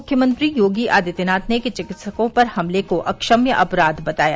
मुख्यमंत्री योगी आदित्यनाथ ने चिकित्सकों पर हमले को अक्षम्य अपराध बताया